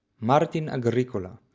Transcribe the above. martin agricola,